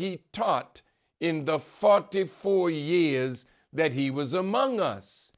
he taught in the front to four years that he was among us